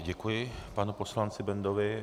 Děkuji, panu poslanci Bendovi.